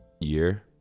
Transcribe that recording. year